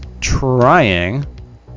trying